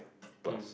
plus